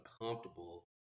uncomfortable